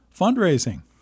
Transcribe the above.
fundraising